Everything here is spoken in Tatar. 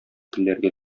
телләргә